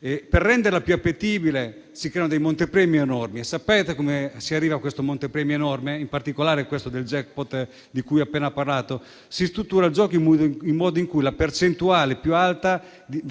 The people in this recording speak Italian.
per renderla più appetibile, si creano dei montepremi enormi. Sapete come si arriva a questi montepremi enormi e in particolare al *jackpot* di cui ho appena parlato? Si struttura il gioco in modo che la percentuale più alta di